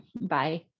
Bye